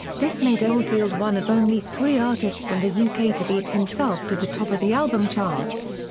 this made oldfield one of only three artists in the yeah uk to beat himself to the top of the album charts.